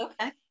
okay